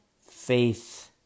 faith